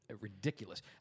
ridiculous